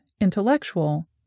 intellectual